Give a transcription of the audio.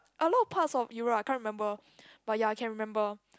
a lot of parts of Europe I can't remember but ya I can remember